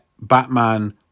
Batman